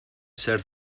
ser